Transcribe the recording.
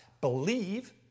Believe